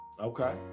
okay